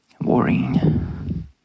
Worrying